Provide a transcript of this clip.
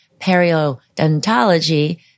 Periodontology